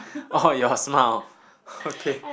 oh your smile okay